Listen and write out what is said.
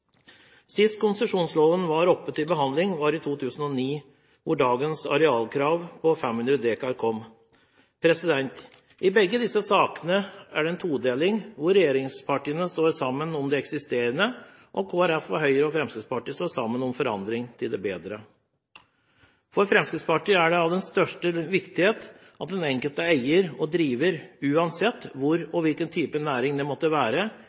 Sist konsesjonsloven var oppe til behandling, var i 2009, hvor dagens arealkrav på 500 dekar kom. I begge disse sakene er det en todeling hvor regjeringspartiene står sammen om det eksisterende, og Kristelig Folkeparti, Høyre og Fremskrittspartiet står sammen om forandring til det bedre. For Fremskrittspartiet er det av den største viktighet at den enkelte eier og driver, uansett hvor og hvilken type næring det måtte være,